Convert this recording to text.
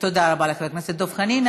תודה רבה לך, חבר הכנסת דב חנין.